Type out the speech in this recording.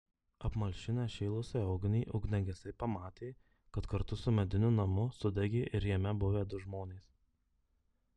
apmalšinę šėlusią ugnį ugniagesiai pamatė kad kartu su mediniu namu sudegė ir jame buvę du žmonės